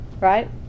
right